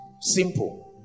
Simple